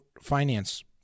finance